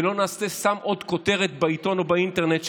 ולא נעשה סתם עוד כותרות בעיתון או באינטרנט,